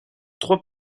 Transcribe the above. trois